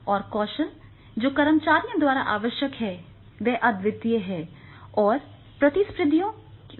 और कौशल जो कर्मचारियों द्वारा आवश्यक हैं वे अद्वितीय और प्रतिस्पर्धियों से बेहतर हैं